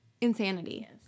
insanity